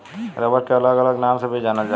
rubber के अलग अलग नाम से भी जानल जाला